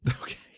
Okay